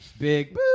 Big